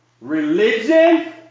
religion